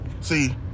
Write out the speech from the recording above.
See